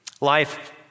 Life